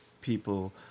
people